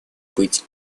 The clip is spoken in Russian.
быть